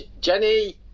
Jenny